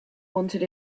wanted